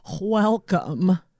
welcome